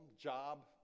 job